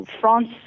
France